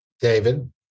David